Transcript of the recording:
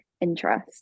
interest